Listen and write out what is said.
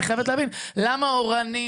אני חייבת להבין למה אורנים,